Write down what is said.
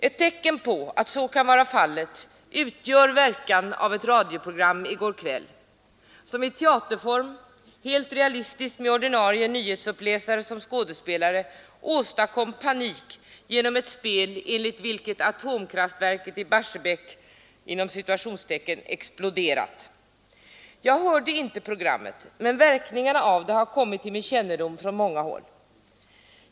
Ett tecken på att så kan vara fallet utgör verkan av ett radioprogram i går kväll som i teaterform, helt realistiskt med ordinarie nyhetsuppläsare som skådespelare, åstadkom panik genom ett spel enligt vilket atom kraftverket i Barsebäck ”exploderat”. Jag hörde inte programmet, men verkningarna av det har kommit till min kännedom från många håll.